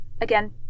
again